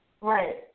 Right